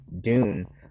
Dune